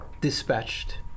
dispatched